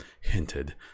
hinted